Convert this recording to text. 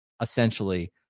essentially